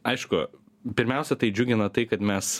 aišku pirmiausia tai džiugina tai kad mes